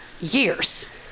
years